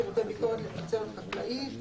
שירותי ביקורת לתוצרת חקלאית,